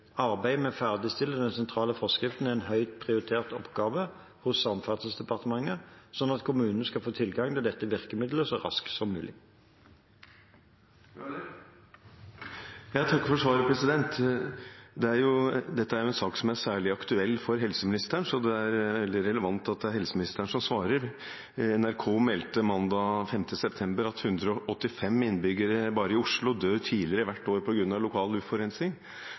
Arbeidet med å ferdigstille den sentrale forskriften er en høyt prioritert oppgave hos Samferdselsdepartementet, slik at kommunene skal få tilgang til dette virkemiddelet så raskt som mulig. Jeg takker for svaret. Dette er en sak som er særlig aktuell for helseministeren, så det er veldig relevant at det er helseministeren som svarer. NRK meldte mandag 5. september at 185 innbyggere bare i Oslo dør for tidlig hvert år på grunn av lokal